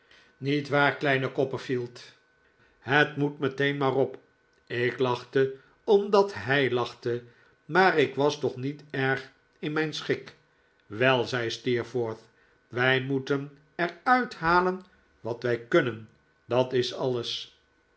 niet waar kleine copperfield het moet meteen maar op ik lachte omdat hij lachte maar ik was toch niet erg in mijn schik wel zei steerforth wij moeten er uit halen wat wij kunnen dat is alles